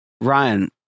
ryan